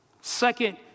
Second